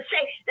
say